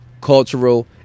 cultural